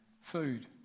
food